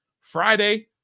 Friday